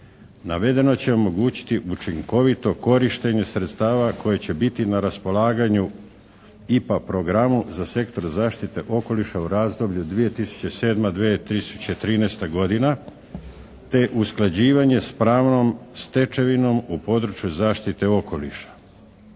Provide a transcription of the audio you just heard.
Navedeno će omogućiti učinkovito korištenje sredstava koje će biti na raspolaganju IPA programu za sektor zaštite okoliša u razdoblju 2007./2013. godina te usklađivanje s pravnom stečevinom u području zaštite okoliša.